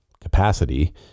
capacity